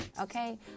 okay